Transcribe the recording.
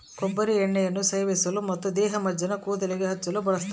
ಕೊಬ್ಬರಿ ಎಣ್ಣೆಯನ್ನು ಸೇವಿಸಲು ಮತ್ತು ದೇಹಮಜ್ಜನ ಕೂದಲಿಗೆ ಹಚ್ಚಲು ಬಳಸ್ತಾರ